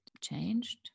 changed